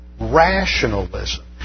rationalism